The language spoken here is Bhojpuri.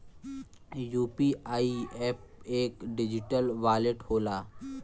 यू.पी.आई एप एक डिजिटल वॉलेट होला